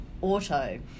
Auto